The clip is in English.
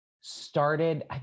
started